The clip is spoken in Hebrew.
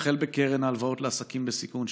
קרן ההלוואות לעסקים בסיכון,